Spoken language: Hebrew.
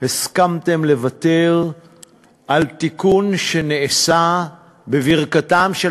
הסכמתם לוותר על תיקון שנעשה בברכתם של